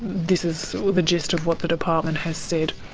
this is so the gist of what the department has said.